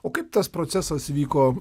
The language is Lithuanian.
o kaip tas procesas vyko